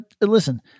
listen